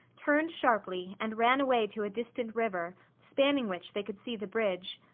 turned sharply, and ran away to a distant river, spanning which they could see the bridge.